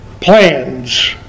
plans